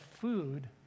food